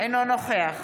נגד